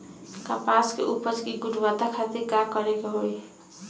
कपास के उपज की गुणवत्ता खातिर का करेके होई?